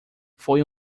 foi